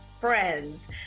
friends